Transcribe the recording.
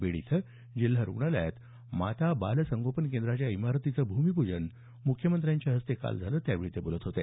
बीड इथं जिल्हा रुग्णालयात माता बालसंगोपन केंद्राच्या इमारतीचं भूमिपूजन मुख्यमंत्र्यांच्या हस्ते काल झालं त्यावेळी ते बोलत होते